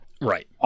right